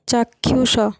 ଚାକ୍ଷୁଷ